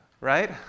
right